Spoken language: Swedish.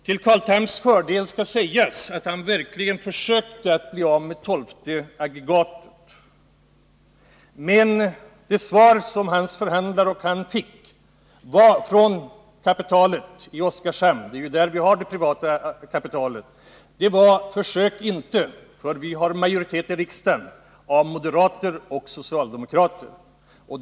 Carl Tham försökte verkligen att bli av med det tolfte aggregatet. Men det svar som han och hans förhandlare fick från kapitalet i Oskarshamn — och det är ju där som det privata kapitalet på kärnkraftsområdet finns — var: Försök inte, för vi har majoritet i riksdagen genom moderater och socialdemokrater.